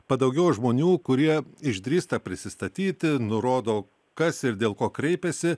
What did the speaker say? padaugėjo žmonių kurie išdrįsta prisistatyti nurodo kas ir dėl ko kreipiasi